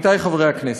עמיתי חברי הכנסת,